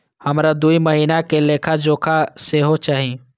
हमरा दूय महीना के लेखा जोखा सेहो चाही